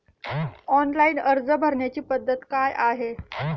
Online अर्ज भरण्याची पद्धत काय आहे?